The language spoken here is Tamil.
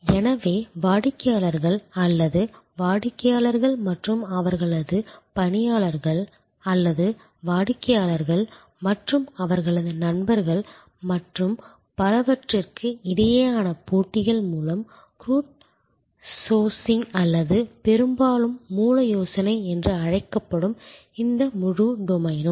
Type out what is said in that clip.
எனவே வாடிக்கையாளர்கள் அல்லது வாடிக்கையாளர்கள் மற்றும் அவர்களது பணியாளர்கள் அல்லது வாடிக்கையாளர்கள் மற்றும் அவர்களது நண்பர்கள் மற்றும் பலவற்றிற்கு இடையேயான போட்டிகள் மூலம் க்ரூட் சோர்சிங் அல்லது பெரும்பாலும் மூல யோசனை என்று அழைக்கப்படும் இந்த முழு டொமைனும்